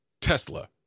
Tesla